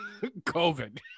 COVID